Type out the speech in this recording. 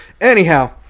Anyhow